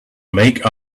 make